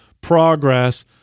progress